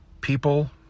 people